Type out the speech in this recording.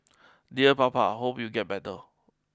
dear Papa hope you get better